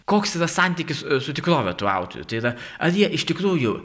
koks yra santykis su tikrove tų autorių tai yra ar jie iš tikrųjų